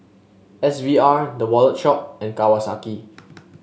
S V R The Wallet Shop and Kawasaki